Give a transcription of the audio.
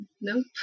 nope